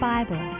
Bible